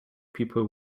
people